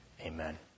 amen